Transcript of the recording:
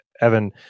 evan